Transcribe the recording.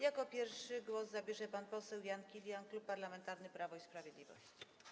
Jako pierwszy głos zabierze pan poseł Jan Kilian, Klub Parlamentarny Prawo i Sprawiedliwość.